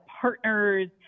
partners